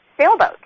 sailboat